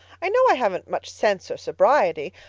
i know i haven't much sense or sobriety,